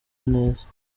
neza